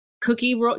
cookie